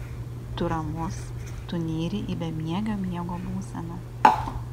tu ramus tu nyri į bemiegio miego būseną